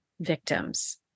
victims